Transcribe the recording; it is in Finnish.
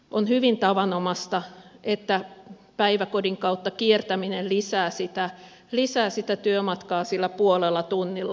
on hyvin tavanomaista että päiväkodin kautta kiertäminen lisää sitä työmatkaa sillä puolella tunnilla